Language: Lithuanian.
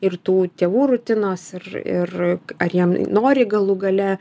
ir tų tėvų rutinos ir ir ar jie nori galų gale